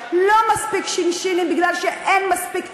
שאין מספיק שינשינים מפני שאין מספיק תקנים.